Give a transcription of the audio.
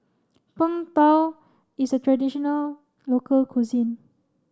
Png Tao is a traditional local cuisine